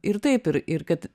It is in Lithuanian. ir taip ir ir kad